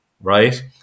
right